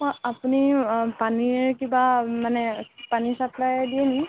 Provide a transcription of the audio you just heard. অঁ আপুনি পানীৰ কিবা মানে পানী চাপ্লাই দিয়ে নেকি